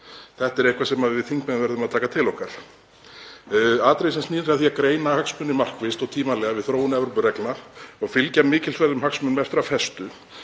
Þetta er eitthvað sem við þingmenn verðum að taka til okkar. Atriðið sem snýr að því að greina hagsmuni markvisst og tímanlega við þróun Evrópureglna og fylgja mikilsverðum hagsmunum eftir af festu